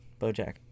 Bojack